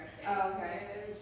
okay